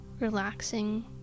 relaxing